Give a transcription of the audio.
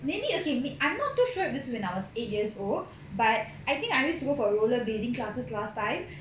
maybe okay I'm not too sure of this when I was eight years old but I think I used to go for roller blading classes last time